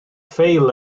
ffeil